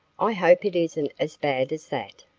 i hope it isn't as bad as that.